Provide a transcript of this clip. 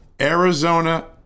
Arizona